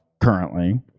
currently